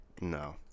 No